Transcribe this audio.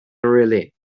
relief